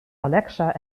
alexa